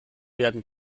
werden